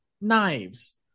knives